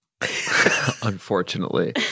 Unfortunately